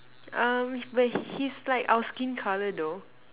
um but he's like our skin colour though